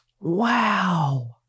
Wow